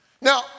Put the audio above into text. Now